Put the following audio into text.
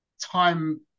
time